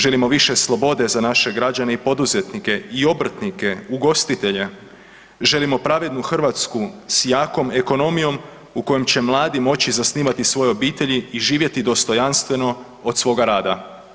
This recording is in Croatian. Želimo više slobode za naše građane i poduzetnike i obrtnike, ugostitelje, želimo pravednu Hrvatsku s jakom ekonomijom u kojoj će mladi moći zasnivati svoje obitelji i živjeti dostojanstveno od svoga rada.